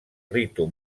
ritu